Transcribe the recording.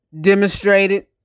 demonstrated